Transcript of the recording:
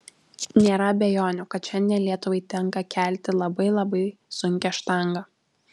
nėra abejonių kad šiandien lietuvai tenka kelti labai labai sunkią štangą